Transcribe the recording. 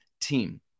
team